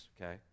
okay